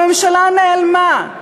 הממשלה נעלמה.